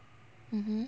mmhmm